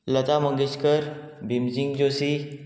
Lata Mangeshkar Bhimsen Joshi